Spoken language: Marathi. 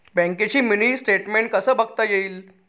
बँकेचं मिनी स्टेटमेन्ट कसं बघता येईल?